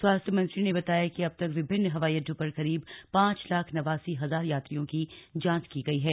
स्वास्थ्य मंत्री ने बताया कि अब तक विभिन्न हवाई अड्डों पर करीब पांच लाख नवासी हजार यात्रियों की जांच की गई है